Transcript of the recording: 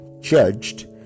judged